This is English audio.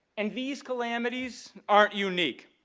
and these calamities aren't unique.